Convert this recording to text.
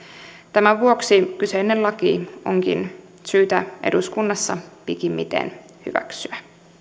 tämän vuoksi kyseinen laki onkin syytä eduskunnassa pikimmiten hyväksyä